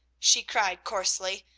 she cried coarsely,